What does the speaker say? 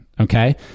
Okay